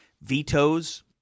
vetoes